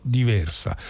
diversa